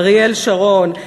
אריאל שרון,